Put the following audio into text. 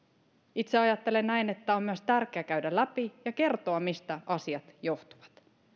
itse ajattelen että on myös tärkeää käydä läpi ja kertoa mistä asiat johtuvat